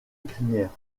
crinière